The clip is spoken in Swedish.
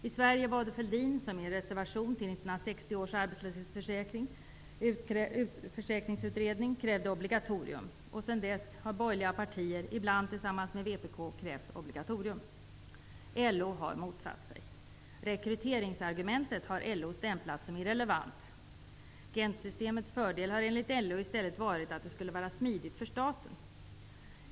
I Sverige var det Thorbjörn Fälldin som i en reservation till 1960 års arbetslöshetsförsäkringsutredning krävde ett obligatorium. Sedan dess har borgerliga partier, ibland tillsammans med vpk, krävt obligatorium, vilket LO har motsatt sig. Rekryteringsargumentet har LO stämplat som irrelevant. Gentsystemets fördelar har enligt LO i stället varit att det skulle vara smidigt för staten.